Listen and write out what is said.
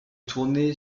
tourné